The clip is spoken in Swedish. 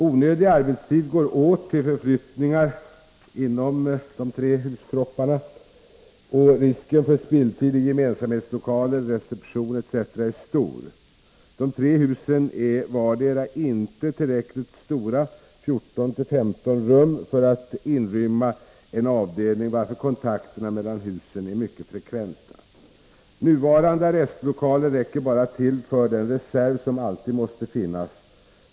Onödig arbetstid går åt till förflyttningar inom de tre huskropparna, och risken för spilltid i gemensamhetslokaler, reception etc. är stor. De tre husen är vardera inte tillräckligt stora — 14—15 rum — för att inrymma en avdelning, varför kontakterna mellan husen är mycket frekventa. Nuvarande arrestlokaler räcker bara till för den reserv som alltid måste finnas.